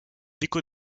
dico